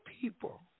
people